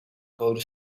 rode